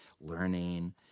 learning